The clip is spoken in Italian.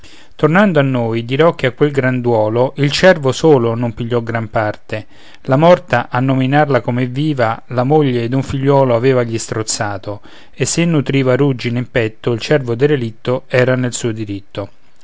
tornando a noi dirò che a quel gran duolo il cervo solo non pigliò gran parte la morta a nominarla come viva la moglie ed un figliuolo avevagli strozzato e se nutriva ruggine in petto il cervo derelitto era nel suo diritto